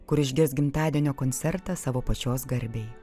kur išgirs gimtadienio koncertą savo pačios garbei